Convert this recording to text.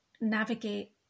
navigate